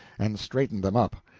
and straightened them up.